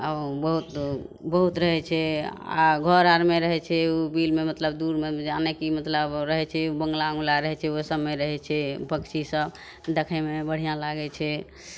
आ उ बहुत बहुत रहय छै आओर घर आरमे रहय छै उ बिलमे मतलब दूरमे जानेकी मतलब उ रहय छै बङ्गला उङ्गला रहय छै ओइ सबमे रहय छै पक्षीसब देखयमे बढ़िआँ लागय छै